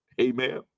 Amen